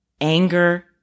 Anger